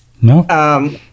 no